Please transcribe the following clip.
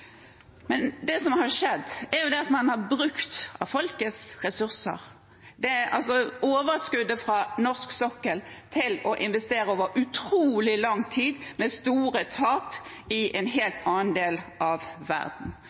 Det som har skjedd, er jo at man har brukt av folkets ressurser – overskuddet fra norsk sokkel – til å investere med store tap over utrolig lang tid, i en helt annen del av verden.